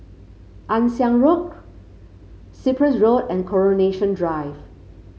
Ann Siang Road Cyprus Road and Coronation Drive